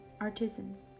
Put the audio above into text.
Artisans